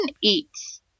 eats